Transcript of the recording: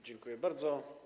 Dziękuję bardzo.